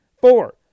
Four